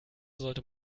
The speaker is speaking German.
sollte